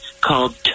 called